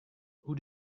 who